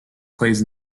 plays